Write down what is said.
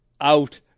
out